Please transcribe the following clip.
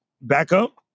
backup